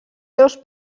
seus